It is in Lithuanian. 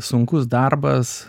sunkus darbas